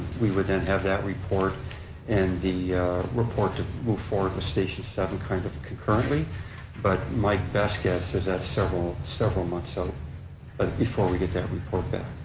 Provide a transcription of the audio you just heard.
we will then have that report and the report to move forward with station seven kind of concurrently but my best guess is that's several, several months out ah before we get that report back.